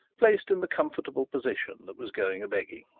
placed in the comfortable position that was going a-begging.